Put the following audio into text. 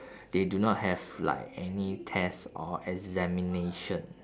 they do not have like any test or examination